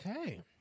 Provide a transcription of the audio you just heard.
Okay